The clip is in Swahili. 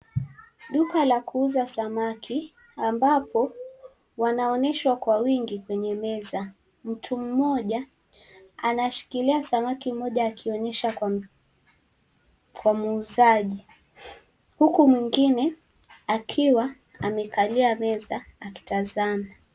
Duka la kuuza samaki ambapo wanaonyeshwa kwa wingi kwenye meza. Mtu mmoja anashikilia samaki mmoja akionyesha kwa, kwa muuzaji. Huku mwingine akiwa amekalia meza akitazama.